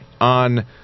on